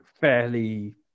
fairly